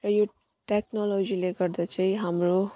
र यो टेक्नोलोजीले गर्दा चाहिँ हाम्रो